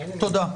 תודה.